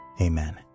Amen